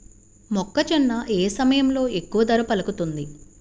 మొక్కజొన్న ఏ సమయంలో ఎక్కువ ధర పలుకుతుంది?